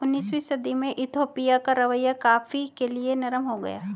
उन्नीसवीं सदी में इथोपिया का रवैया कॉफ़ी के लिए नरम हो गया